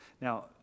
Now